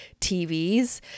TVs